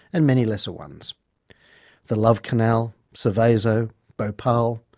and many lesser ones the love canal, serveso, bhopal,